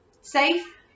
safe